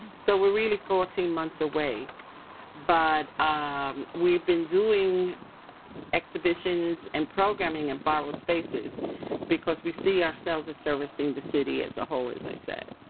so we're really fourteen months away but um we've been doing exhibitions and programming at borrowed spaces because we see ourselves as servicing the city as a whole, as i said.